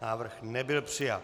Návrh nebyl přijat.